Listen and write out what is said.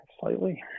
slightly